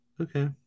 Okay